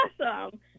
Awesome